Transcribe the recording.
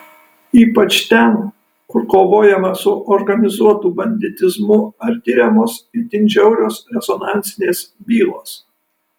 ypač ten kur kovojama su organizuotu banditizmu ar tiriamos itin žiaurios rezonansinės bylos